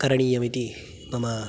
करणीयमिति मम